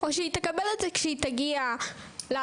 או שהיא תקבל את זה כשהיא תגיע לעבודה,